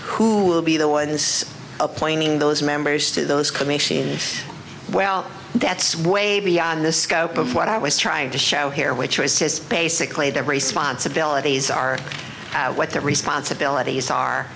who will be the ones appointing those members to those commissions well that's way beyond the scope of what i was trying to show here which was just basically their responsibilities are what their responsibilities are